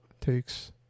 takes